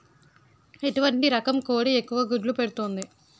ఎటువంటి రకం కోడి ఎక్కువ గుడ్లు పెడుతోంది?